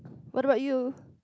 what about you